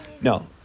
no